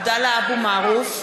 (קוראת בשמות